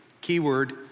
Keyword